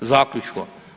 Zaključno.